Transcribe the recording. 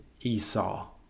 Esau